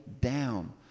down